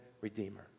redeemer